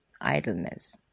idleness